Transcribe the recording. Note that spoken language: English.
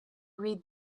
read